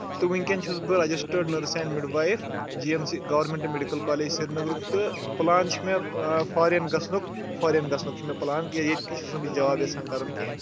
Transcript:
تہٕ وٕنکیٚن چھُس بہٕ registered nurse and midwife G M C government medical college سرینگرُک تہٕ پٕلان چھُ مےٚ فارین گژھنُک فارین گژھنُک چھُ مےٚ پٕلان کینٛہہ ییٚتہِ کیٛاہ چھُس نہٕ بہٕ جاب یَژھان کَرُن کینٛہہ